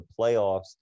playoffs